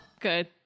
good